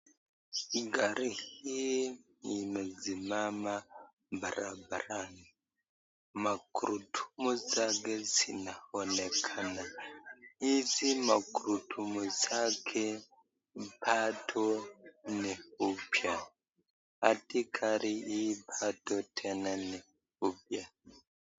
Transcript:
Gari hii imesimama barabarani. Magurudumu zake zinaonekana. Hizi magurudumu zake bado ni upya. Hadi gari hii bado tena ni upya.